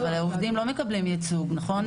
אבל העובדים לא מקבלים ייצוג, נכון?